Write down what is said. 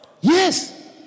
Yes